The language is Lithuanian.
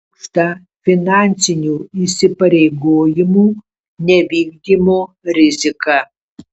aukšta finansinių įsipareigojimų nevykdymo rizika